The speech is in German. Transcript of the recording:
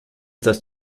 dass